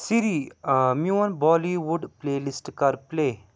سری آ میون Bollywood playlist کر پلے